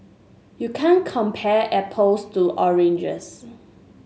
you can't compare apples to oranges